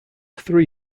three